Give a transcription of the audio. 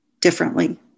differently